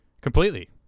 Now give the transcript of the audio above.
Completely